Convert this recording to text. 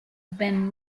been